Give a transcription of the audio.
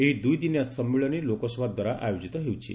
ଏହି ଦୁଇଦିନିଆ ସମ୍ମିଳନୀ ଲୋକସଭା ଦ୍ୱାରା ଆୟୋଜିତ ହେଉଛି